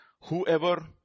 whoever